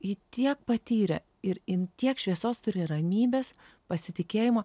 ji tiek patyrė ir jin tiek šviesos turi ramybės pasitikėjimo